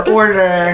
order